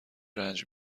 رنج